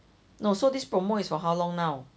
no so this promo is for how long now